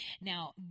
Now